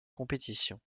compétition